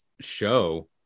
show